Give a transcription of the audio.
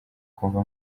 kuva